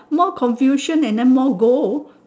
more confusion and then more goal